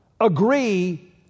agree